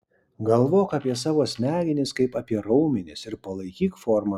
galvok apie savo smegenis kaip apie raumenis ir palaikyk formą